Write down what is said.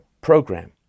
program